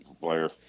player